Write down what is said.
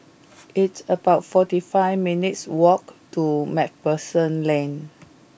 it's about forty five minutes' walk to MacPherson Lane